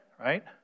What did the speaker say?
Right